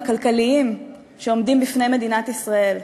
הכלכליים שעומדים בפני מדינת ישראל?